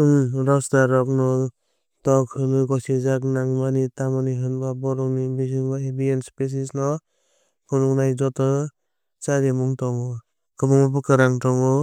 Em roosters rokno tok hwnwi gosijakna nangnai tamni hwnba bohrokni bisingo avian species no phunuknai joto charimung tongo. Borokni kubun bwkarang tongo.